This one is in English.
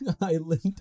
island